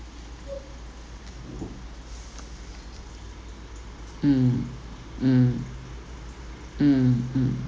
mm mm mm mm